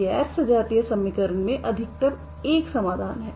गैर सजातीय समीकरण में अधिकतम एक समाधान है